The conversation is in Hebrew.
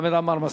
וחמד עמאר?